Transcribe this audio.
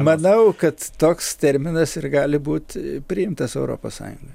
manau kad toks terminas ir gali būti priimtas europos sąjungoj